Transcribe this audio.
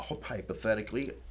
hypothetically